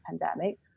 pandemic